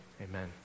Amen